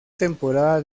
temporada